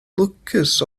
lwcus